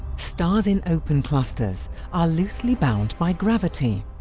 stars in open clusters are loosely bound by gravity.